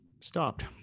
stopped